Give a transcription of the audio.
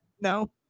no